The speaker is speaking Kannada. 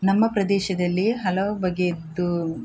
ನಮ್ಮ ಪ್ರದೇಶದಲ್ಲಿ ಹಲವು ಬಗೆಯದ್ದು